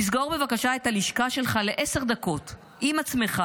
תסגור בבקשה את הלשכה שלך לעשר דקות עם עצמך